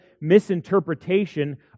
misinterpretation